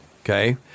Okay